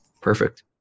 Perfect